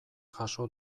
jaso